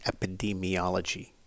epidemiology